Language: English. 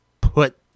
put